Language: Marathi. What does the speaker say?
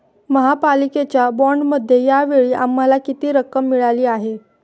महापालिकेच्या बाँडमध्ये या वेळी आम्हाला किती रक्कम मिळाली आहे?